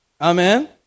Amen